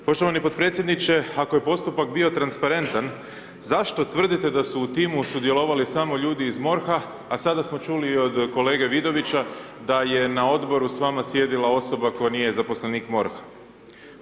Poštovani potpredsjedniče ako je postupak bio transparentan zašto tvrdite da su u timu sudjelovali samo ljudi iz MORH-a a sada smo čuli i od kolege Vidovića da je na odboru s vama sjedila osoba koja nije zaposlenik MORH-a.